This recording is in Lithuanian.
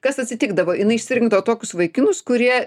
kas atsitikdavo jinai išsirinkto tokius vaikinus kurie